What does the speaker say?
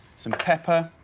some pepper.